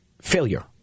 failure